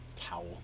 Towel